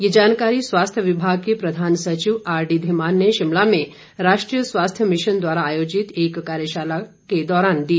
ये जानकारी स्वास्थ्य विभाग के प्रधान सचिव आरडी धीमान ने शिमला में राष्ट्रीय स्वास्थ्य मिशन द्वारा आयोजित एक कार्यशाला के दौरान दी